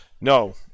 No